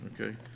Okay